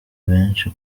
benshi